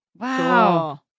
Wow